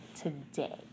today